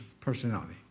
personality